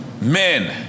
men